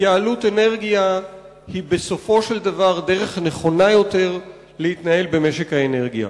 התייעלות אנרגיה היא בסופו של דבר דרך נכונה יותר להתנהל במשק האנרגיה.